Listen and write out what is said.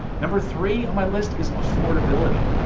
number three on my list is affordability.